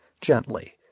gently